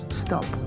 stop